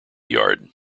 yard